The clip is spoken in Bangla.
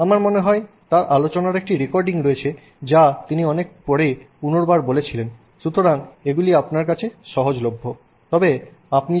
আমার মনে হয় তার আলোচনার একটি রেকর্ডিং রয়েছে যা তিনি অনেক পরে পুনর্বার বলেছিলেন সুতরাং এগুলি আপনার কাছে সহজলভ্য